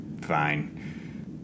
Fine